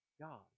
God